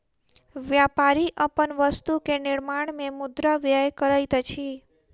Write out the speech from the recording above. व्यापारी अपन वस्तु के निर्माण में मुद्रा व्यय करैत अछि